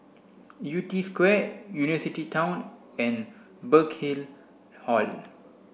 Yew Tee Square University Town and Burkill Hall